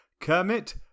Kermit